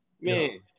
Man